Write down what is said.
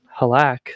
Halak